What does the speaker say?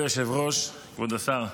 כבוד היושב-ראש, כבוד השר,